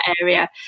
area